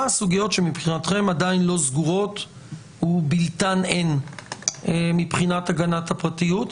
מה הסוגיות שמבחינתכם עדיין לא סגורות ובלתן אין מבחינת הגנת הפרטיות.